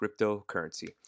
cryptocurrency